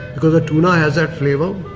because the tuna has that flavour.